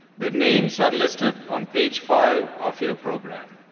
the names are listed on page five of your program